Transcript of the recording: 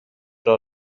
راه